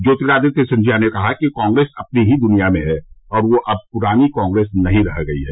ज्योतिरादित्य सिंधिया ने कहा है कि कांग्रेस अपनी ही द्निया में है और वह अब प्रानी कांग्रेस नहीं रह गई है